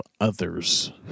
others